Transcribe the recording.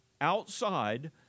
outside